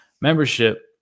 membership